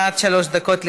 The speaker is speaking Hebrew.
עד שלוש דקות לרשותך.